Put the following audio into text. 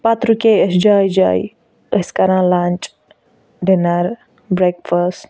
پَتہٕ رُکیٚے أسۍ جایہِ جایہِ ٲسۍ کران لَنچ ڈِنَر برٛیکفاسٹہٕ